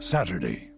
Saturday